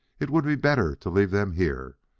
it would be better to leave them here,